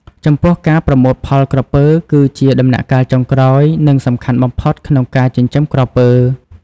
ចំពោះការប្រមូលផលក្រពើគឺជាដំណាក់កាលចុងក្រោយ និងសំខាន់បំផុតក្នុងការចិញ្ចឹមក្រពើ។